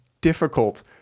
difficult